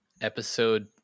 Episode